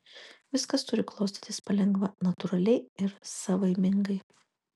viskas turi klostytis palengva natūraliai ir savaimingai